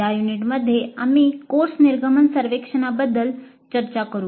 या युनिटमध्ये आम्ही कोर्स निर्गमन सर्वेक्षणाबद्दल चर्चा करू